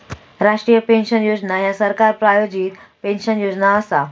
राष्ट्रीय पेन्शन योजना ह्या सरकार प्रायोजित पेन्शन योजना असा